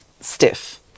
stiff